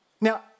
Now